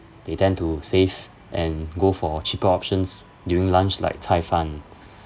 they tend to save and go for cheaper options during lunch like cai fan